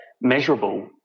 measurable